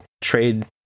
trade